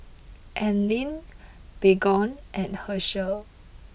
Anlene Baygon and Herschel